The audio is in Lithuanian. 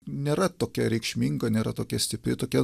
nėra tokia reikšminga nėra tokia stipri tokia